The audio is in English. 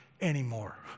anymore